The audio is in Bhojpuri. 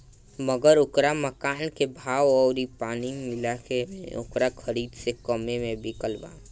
मगर ओकरा मकान के भाव अउरी पानी मिला के भी ओकरा खरीद से कम्मे मे बिकल बा